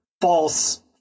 false